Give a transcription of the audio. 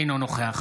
אינו נוכח